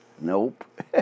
Nope